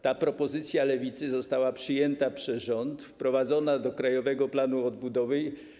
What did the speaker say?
Ta propozycja Lewicy została przyjęta przez rząd, wprowadzona do Krajowego Planu Odbudowy.